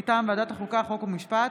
מטעם ועדת החוקה, חוק ומשפט.